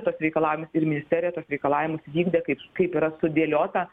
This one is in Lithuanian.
tuos reikalavimus ir ministerija tuos reikalavimus vykdė kaip kaip yra sudėliota